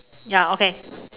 ya okay